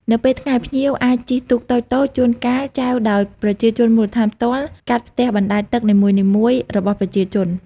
នៅពេលថ្ងៃ ភ្ញៀវអាចជិះទូកតូចៗ ជួនកាលចែវដោយប្រជាជនមូលដ្ឋានផ្ទាល់ កាត់ផ្ទះបណ្ដែតទឹកនីមួយៗរបស់ប្រជាជន។